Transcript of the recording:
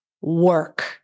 work